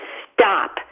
stop